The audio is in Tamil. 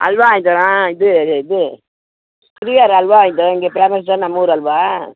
அல்வா வாங்கித் தர்றேன் இது இது திருவையாறு அல்வா வாங்கித் தர்றேன் இங்கே ஃபேமஸ் தான் நம்ம ஊர் அல்வா